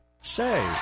say